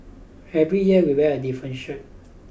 every year we wear a different shirt